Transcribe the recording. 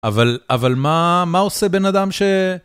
אבל, אבל מה, מה עושה בן אדם ש...